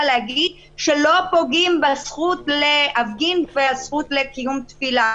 להגיד שלא פוגעים בזכות להפגין ובזכות לקיום תפילה.